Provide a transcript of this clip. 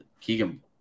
Keegan